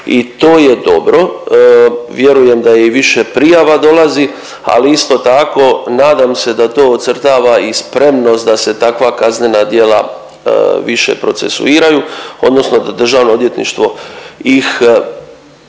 i to je dobro. Vjerujem da i više prijava dolazi, ali isto tako nadam se da to ocrtava i spremnost da se takva kaznena djela više procesuiraju odnosno da državno odvjetništvo ih ajmo